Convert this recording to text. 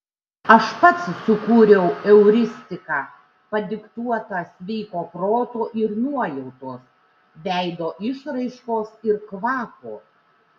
aš pats sukūriau euristiką padiktuotą sveiko proto ir nuojautos veido išraiškos ir kvapo